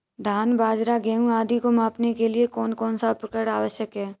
धान बाजरा गेहूँ आदि को मापने के लिए कौन सा उपकरण होना आवश्यक है?